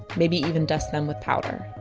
maybe even dust them with powder,